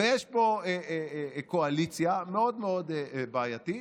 יש פה קואליציה מאוד מאוד בעייתית,